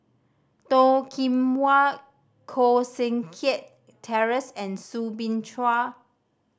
Toh Kim Hwa Koh Seng Kiat Terence and Soo Bin Chua